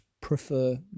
prefer